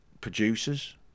producers